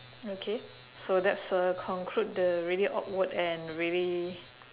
okay so that's uh conclude the really awkward and really